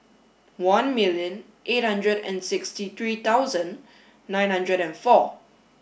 one million eight hundred and sixty three thousand nine hundred and four